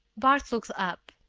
bart looked up.